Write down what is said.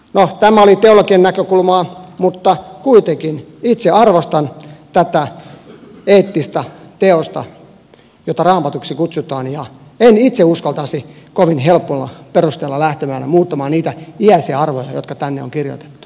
no tämä oli teologian näkökulmaa mutta kuitenkin itse arvostan tätä eettistä teosta jota raamatuksi kutsutaan ja en itse uskaltaisi kovin helpolla perusteella lähteä muuttamaan niitä iäisiä arvoja jotka tänne on kirjoitettu